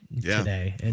today